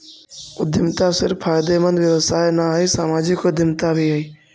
उद्यमिता सिर्फ फायदेमंद व्यवसाय न हई, सामाजिक उद्यमिता भी हई